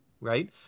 right